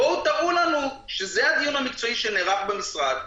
בואו תראו לנו שזה הדיון המקצועי שנערך במשרד.